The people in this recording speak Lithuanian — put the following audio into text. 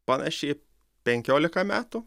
panašiai penkiolika metų